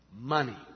Money